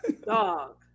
Dog